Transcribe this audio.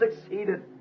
succeeded